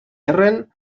erren